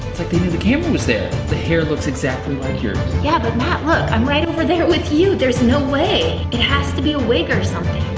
like they knew the camera was there. the hair looks exactly like yours. yeah but matt look, i'm right over there with you, there's no way. it has to be a wig or something.